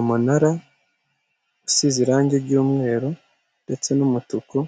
Umunara usize irange ry' umweru ndetse n' umutuku